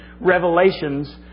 revelations